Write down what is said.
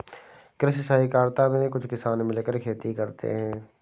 कृषि सहकारिता में कुछ किसान मिलकर खेती करते हैं